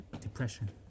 depression